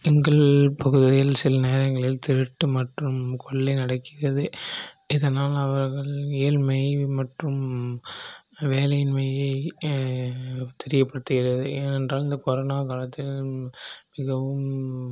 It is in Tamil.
எங்கள் பகுதியில் சில நேரங்களில் திருட்டு மற்றும் கொள்ளை நடக்கிறது இதனால் அவர்கள் ஏழ்மை மற்றும் வேலையின்மையை தெரியப்படுத்துகிறது ஏனென்றால் இந்த கொரோனா காலத்தில் மிகவும்